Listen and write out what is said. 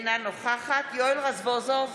אינה נוכחת יואל רזבוזוב,